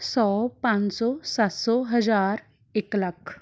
ਸੌ ਪੰਜ ਸੌ ਸੱਤ ਸੌ ਹਜ਼ਾਰ ਇੱਕ ਲੱਖ